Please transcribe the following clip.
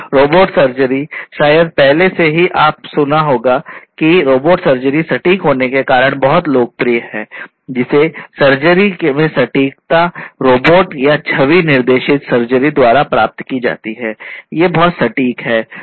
तो robot surgery शायद पहले से ही आपने सुना होगा कि रोबोट सर्जरी सटीक होने के कारण बहुत लोकप्रिय है जिसे सर्जरी में सटीकता रोबोट या छवि निर्देशित सर्जरी द्वारा प्राप्त की जाती है ये बहुत सटीक हैं